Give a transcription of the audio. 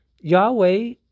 Yahweh